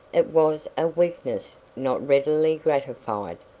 it was a weakness not readily gratified.